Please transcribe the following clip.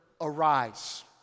arise